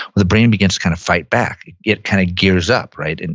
the brain begins to kind of fight back. it kind of gears up, right? and